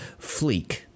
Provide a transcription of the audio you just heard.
fleek